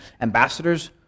ambassadors